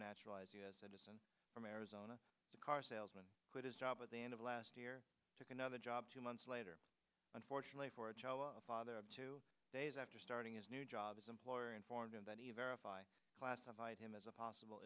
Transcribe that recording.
naturalized u s citizen from arizona a car salesman quit his job at the end of last year took another job two months later unfortunately for a father of two days after starting his new job as employer informed him that he verify classified him as a possible